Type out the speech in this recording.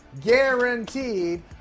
guaranteed